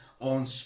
on